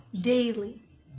daily